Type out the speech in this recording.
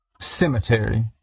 cemetery